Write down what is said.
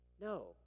No